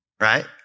right